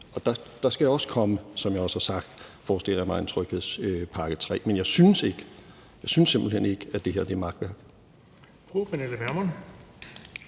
og der skal også komme, som jeg også har sagt, forestiller jeg mig, en tredje tryghedspakke. Men jeg synes simpelt hen ikke, at det her er makværk.